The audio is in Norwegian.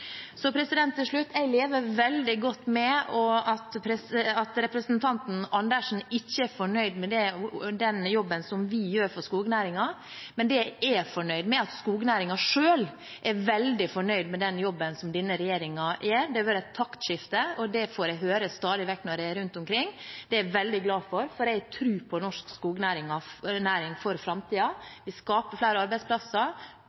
Til slutt: Jeg lever godt med at representanten Andersen ikke er fornøyd med den jobben vi gjør for skognæringen. Det jeg er fornøyd med, er at skognæringen selv er veldig fornøyd med den jobben som denne regjeringen gjør. Det har vært et taktskifte, og det får jeg høre stadig vekk når jeg er rundt omkring. Det er jeg veldig glad for, for jeg tror på norsk skognæring for framtiden. Vi skaper flere arbeidsplasser